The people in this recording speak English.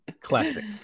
classic